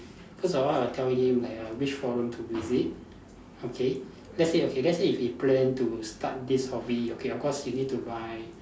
first of all I will tell him like uh which forum to visit okay let's say okay let's say if he plan to start this hobby okay of course he need to buy